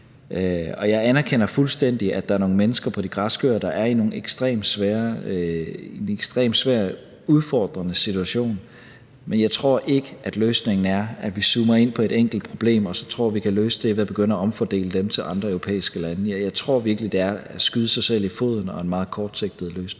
Jeg anerkender fuldstændig, at der er nogle mennesker på de græske øer, der er i en ekstremt svær og udfordrende situation, men jeg tror ikke, at løsningen er, at vi zoomer ind på et enkelt problem og så tror, at vi kan løse det ved at begynde at omfordele dem til andre europæiske lande. Jeg tror virkelig, at det er at skyde sig selv i foden og en meget kortsigtet løsning.